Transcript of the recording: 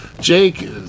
Jake